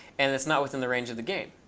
and that's not within the range of the game,